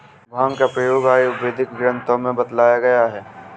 भाँग का प्रयोग आयुर्वेदिक ग्रन्थों में बतलाया गया है